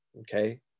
Okay